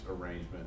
arrangement